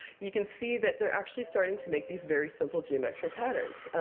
you can see that they're actually starting to make these very simple geometric patterns.